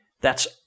that's-